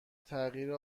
تغییر